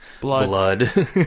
blood